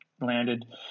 landed